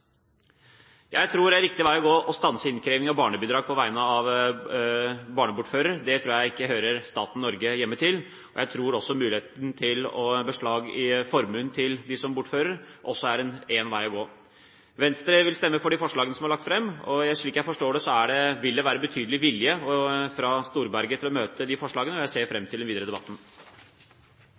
Jeg tror det er riktig vei å gå å stanse innkreving av barnebidrag på vegne av barnebortfører. Det tror jeg ikke hører hjemme i staten Norge. Jeg tror at muligheten til å ta beslag i formuen til dem som bortfører, også er en vei å gå. Venstre vil stemme for de forslagene som er lagt fram. Slik jeg forstår det, vil det være betydelig vilje fra Storberget til å møte de forslagene. Jeg ser fram til den videre debatten.